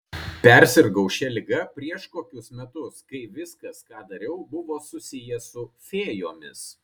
persirgau šia liga prieš kokius metus kai viskas ką dariau buvo susiję su fėjomis